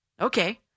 Okay